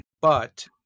but-